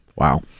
Wow